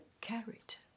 carrot